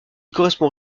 correspond